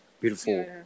beautiful